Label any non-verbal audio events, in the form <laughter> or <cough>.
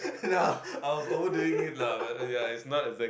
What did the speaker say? <laughs>